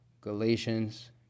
Galatians